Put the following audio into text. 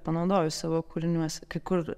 panaudojus savo kūriniuose kai kur